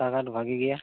ᱨᱟᱥᱛᱟᱼᱜᱷᱟᱴ ᱵᱷᱟᱹᱜᱤ ᱜᱮᱭᱟ